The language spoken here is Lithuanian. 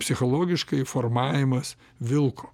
psichologiškai formavimas vilko